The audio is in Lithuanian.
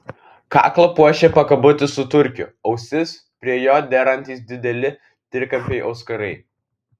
kaklą puošė pakabutis su turkiu ausis prie jo derantys dideli trikampiai auskarai